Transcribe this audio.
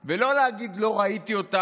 ולא להגיד: לא ראיתי אותה,